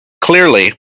Clearly